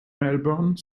melbourne